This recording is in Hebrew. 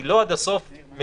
היא לא עד הסוף מדויקת.